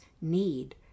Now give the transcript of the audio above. need